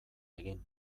egin